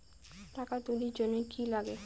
টাকা তুলির জন্যে কি লাগে?